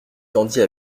tendit